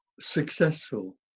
successful